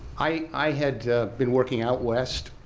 i had been working out west.